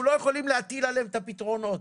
לא יכולים להטיל עליהם את הפתרונות.